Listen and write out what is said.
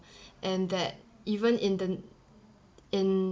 and that even in the in